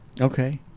Okay